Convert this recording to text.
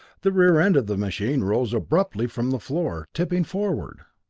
the rear end of the machine rose abruptly from the floor, tipping forward.